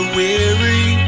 weary